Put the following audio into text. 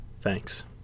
Thanks